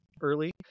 early